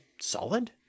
solid